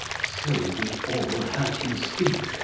so we all heard him speak,